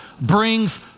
brings